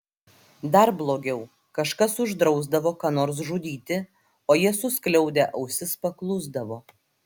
dar blogiau kažkas uždrausdavo ką nors žudyti o jie suskliaudę ausis paklusdavo